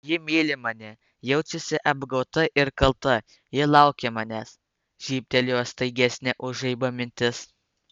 ji myli mane jaučiasi apgauta ir kalta ji laukia manęs žybtelėjo staigesnė už žaibą mintis